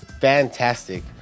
fantastic